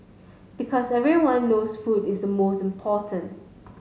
because everyone knows food is most important